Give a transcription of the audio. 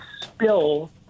spill